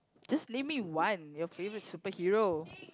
just leave me one your favourite superhero